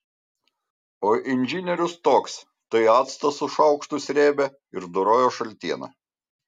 o inžinierius toks tai actą su šaukštu srėbė ir dorojo šaltieną